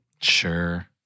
Sure